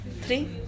Three